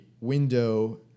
window